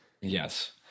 Yes